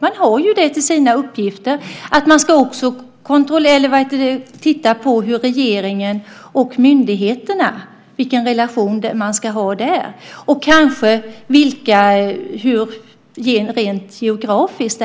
Man har ju som uppgift att titta på vilken relation regeringen och myndigheterna ska ha och kanske på hur det ska vara strukturerat rent geografiskt.